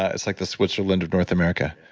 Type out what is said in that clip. ah it's like the switzerland of north america.